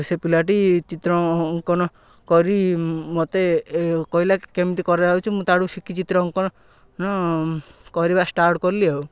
ସେ ପିଲାଟି ଚିତ୍ର ଅଙ୍କନ କରି ମୋତେ କହିଲା କେମିତି କରାହେଉଛି ମୁଁ ତାଠୁ ଶିଖି ଚିତ୍ର ଅଙ୍କନ କରିବା ଷ୍ଟାର୍ଟ କଲି ଆଉ